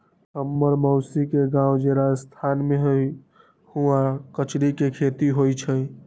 हम्मर मउसी के गाव जे राजस्थान में हई उहाँ कचरी के खेती होई छई